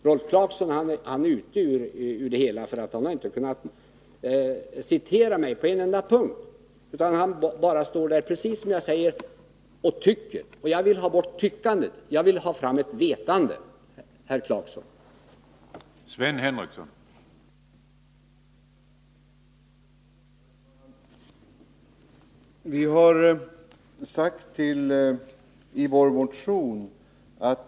Rolf Clarkson är ute ur det hela, för han har inte kunnat citera mig på en enda punkt. Han bara står här, precis som jag säger, och tycker. Jag vill ha bort tyckandet. Jag vill ha fram ett vetande, herr Clarkson.